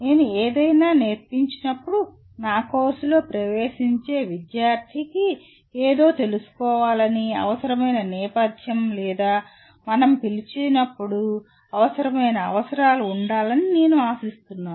నేను ఏదైనా నేర్పించినప్పుడు నా కోర్సులో ప్రవేశించే విద్యార్థికి ఏదో తెలుసుకోవాలని అవసరమైన నేపథ్యం లేదా మనం పిలిచేటప్పుడు అవసరమైన అవసరాలు ఉండాలని నేను ఆశిస్తున్నాను